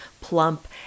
plump